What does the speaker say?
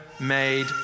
made